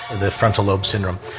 the frontal lobe syndrome.